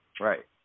Right